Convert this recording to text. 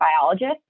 biologist